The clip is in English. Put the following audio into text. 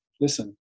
Listen